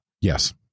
yes